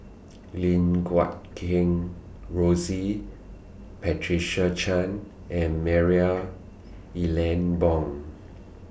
Lim Guat Kheng Rosie Patricia Chan and Marie Ethel Bong